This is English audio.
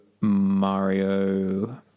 Mario